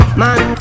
man